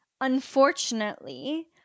Unfortunately